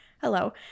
hello